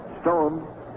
Stone